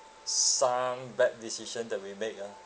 some bad decisions that we make ah